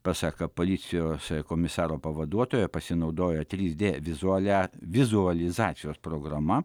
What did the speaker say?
pasak policijos komisaro pavaduotojo pasinaudojo trys d vizualia vizualizacijos programa